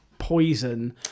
poison